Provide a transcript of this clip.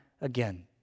again